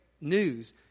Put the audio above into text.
news